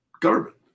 government